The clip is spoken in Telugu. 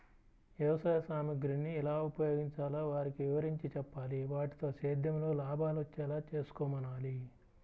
వ్యవసాయ సామగ్రిని ఎలా ఉపయోగించాలో వారికి వివరించి చెప్పాలి, వాటితో సేద్యంలో లాభాలొచ్చేలా చేసుకోమనాలి